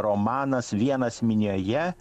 romanas vienas minioje